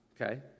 Okay